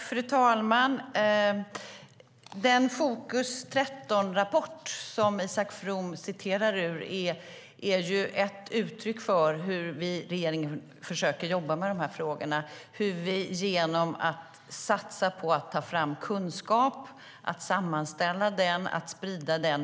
Fru talman! Den rapport, Fokus 13 , som Isak From citerar ur är ett uttryck för hur vi i regeringen försöker jobba med de här frågorna. Vi satsar på att ta fram kunskap och att sammanställa och sprida den.